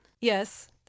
Yes